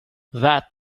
that